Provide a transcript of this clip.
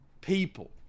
people